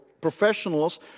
professionals